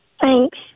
Thanks